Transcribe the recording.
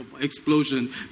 explosion